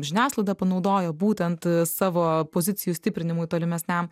žiniasklaidą panaudojo būtent savo pozicijų stiprinimui tolimesniam